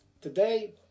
Today